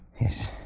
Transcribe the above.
Yes